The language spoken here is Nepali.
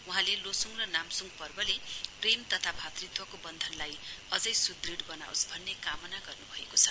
वहाँले लोसुङ र नाम्सूङ पर्वले प्रेम तथा मातृत्वको वन्धनलाई अझै सुदृढ वनओस भन्ने कामना गर्नुभएको छ